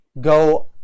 go